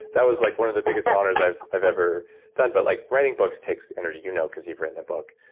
that was like one of the biggest honors i've i've ever done, but like writing books takes energy. you know because you've written a book.